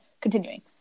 continuing